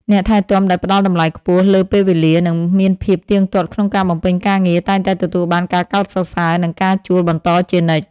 អ្នកថែទាំដែលផ្តល់តម្លៃខ្ពស់លើពេលវេលា និងមានភាពទៀងទាត់ក្នុងការបំពេញការងារ តែងតែទទួលបានការកោតសរសើរ និងការជួលបន្តជានិច្ច។